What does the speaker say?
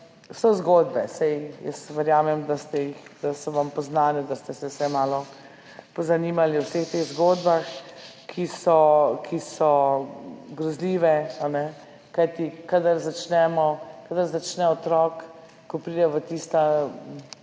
tudi zgodbe, saj jaz verjamem, da so vam poznane, da ste se vsaj malo pozanimali o vseh teh zgodbah, ki so grozljive, kajti kadar začne otrok, ko pride v tista